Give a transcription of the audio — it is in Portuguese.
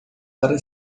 para